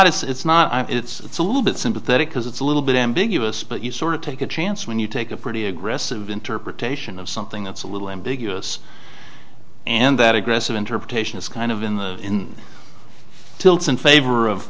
well it's not it's not it's a little bit sympathetic because it's a little bit ambiguous but you sort of take a chance when you take a pretty aggressive interpretation of something that's a little ambiguous and that aggressive interpretation is kind of in the tilts in favor of